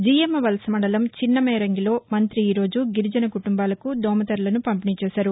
జియ్యమ్మవలస మండలం చిన్నమేరంగిలో మంత్రి ఈరోజు గిరిజన కుటుంబాలకు దోమతెరలను పంపిణీ చేసారు